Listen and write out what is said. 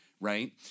right